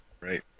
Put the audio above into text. Right